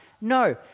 No